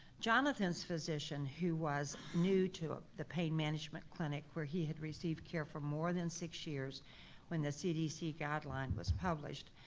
jonathan's physician who was new to ah the pain management clinic where he had received care for more than six years when the cdc guideline was published,